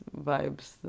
vibes